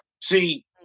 See